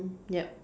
yup